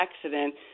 accident